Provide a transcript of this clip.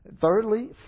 Thirdly